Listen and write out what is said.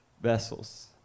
vessels